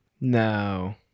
No